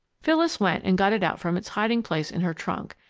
phyllis went and got it out from its hiding-place in her trunk,